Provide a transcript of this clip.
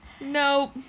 Nope